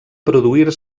produir